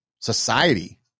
Society